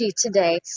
today